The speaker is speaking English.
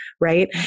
right